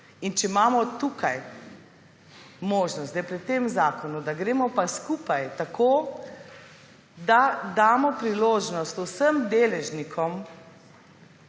In če imamo tukaj možnost zdaj pri tem zakonu, da gremo pa skupaj tako, da damo priložnost vsem deležnikom